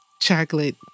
chocolate